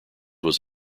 was